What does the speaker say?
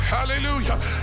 hallelujah